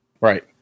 Right